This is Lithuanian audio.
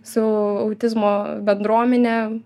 su autizmo bendruomene